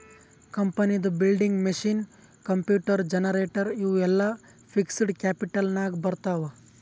ಕಂಪನಿದು building, machine, computer, generator ಇವು ಎಲ್ಲಾ ಫಿಕ್ಸಡ್ ಕ್ಯಾಪಿಟಲ್ ನಾಗ್ ಬರ್ತಾವ್